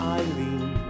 Eileen